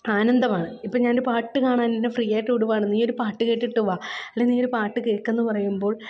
ആനന്ദമാണ് ഇപ്പോള് ഞാനൊരു പാട്ട് കാണാൻ എന്നെ ഫ്രീ ആയിട്ട് വിടുവാണ് നീ ഒരു പാട്ട് കേട്ടിട്ട് വാ അല്ലെങ്കിൽ നീയൊരു പാട്ട് കേള്ക്കെന്നു പറയുമ്പോൾ